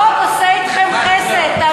החוק עושה אתכם חסד.